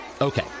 Okay